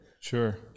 Sure